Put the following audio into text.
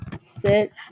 sit